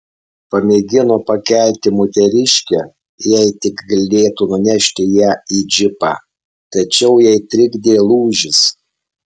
pamėgino pakelti moteriškę jei tik galėtų nunešti ją į džipą tačiau jai trukdė lūžis